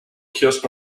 kiosk